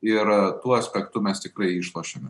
ir tuo aspektu mes tikrai išlošiame